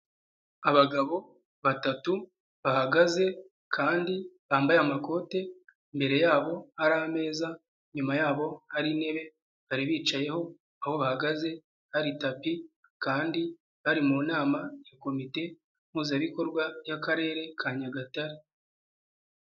Abagabo batatu bahagaze kandi bambaye amakoti, imbere yabo ari ameza, inyuma yabo hari intebe bari bicayeho, aho bahagaze hari tapi kandi bari mu nama ya komite mpuzabikorwa y'Akarere ka Nyagatare.